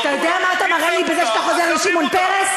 אתה יודע מה אתה מראה לי בזה שאתה חוזר לשמעון פרס?